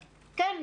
כן,